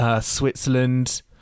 Switzerland